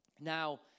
Now